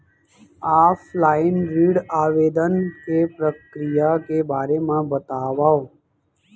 Offline ऋण आवेदन के प्रक्रिया के बारे म बतावव?